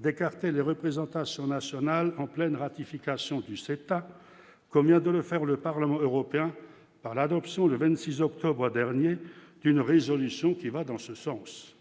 d'écarter les représentations nationales en pleine ratification du CETA, comme vient de le faire, le Parlement européen par l'adoption, le 26 octobre dernier d'une résolution qui va dans ce sens